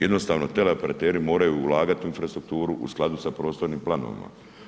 Jednostavno teleoperateri moraju ulagati u infrastrukturu, u skladu sa prostornim planovima.